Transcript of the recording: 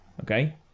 okay